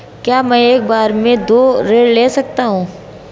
क्या मैं एक बार में दो ऋण ले सकता हूँ?